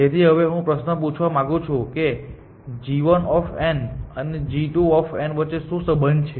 તેથી હવે હું પ્રશ્ન પૂછવા માંગુ છું કે g1 અને g2 વચ્ચે શું સંબંધ છે